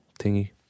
thingy